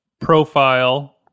profile